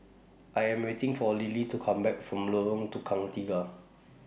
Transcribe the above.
I Am waiting For Lilie to Come Back from Lorong Tukang Tiga